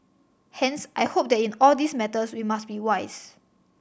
hence I hope that in all these matters we must be wise